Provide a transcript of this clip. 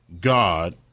God